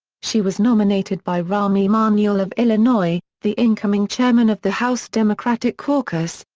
she was nominated by rahm emanuel of illinois, the incoming chairman of the house democratic caucus,